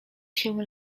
się